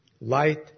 light